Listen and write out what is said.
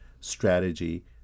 strategy